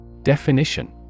Definition